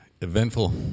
Eventful